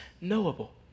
knowable